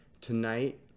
Tonight